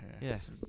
Yes